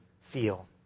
feel